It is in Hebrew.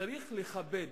צריך לכבד.